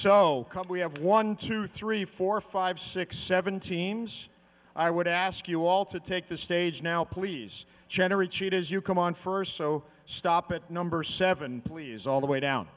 so we have one two three four five six seven teams i would ask you all to take the stage now please general cheat as you come on first so stop at number seven please all the way down